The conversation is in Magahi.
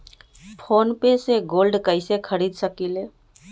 फ़ोन पे से गोल्ड कईसे खरीद सकीले?